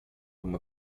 uma